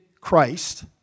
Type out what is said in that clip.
Christ